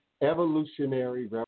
evolutionary